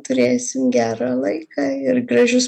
turėsim gerą laiką ir gražius